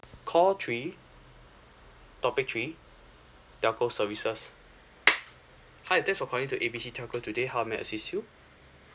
call three topic three telco services hi thanks for calling to A B C telco today how may I assist you